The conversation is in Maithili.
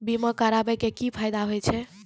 बीमा करबै के की फायदा होय छै?